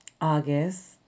August